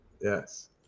Yes